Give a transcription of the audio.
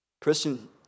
Christian